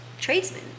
tradesmen